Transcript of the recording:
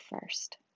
first